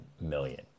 million